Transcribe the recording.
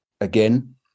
again